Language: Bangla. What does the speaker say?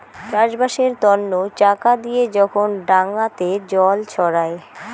চাষবাসের তন্ন চাকা দিয়ে যখন ডাঙাতে জল ছড়ায়